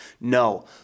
no